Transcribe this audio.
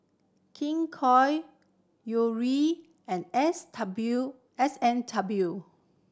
King Koil Yuri and S W S and W